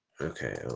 okay